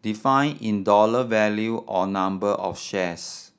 define in dollar value or number of shares